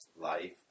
life